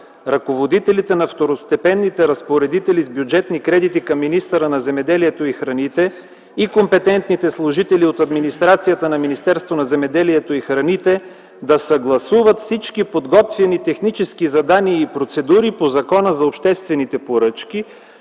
Ръководителите на второстепенните разпоредители с бюджетни кредити към министъра на земеделието и храните и компетентните служители от администрацията на Министерството на земеделието и храните да съгласуват всички подготвени технически задания и процедури по Закона за обществените поръчки,